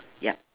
yup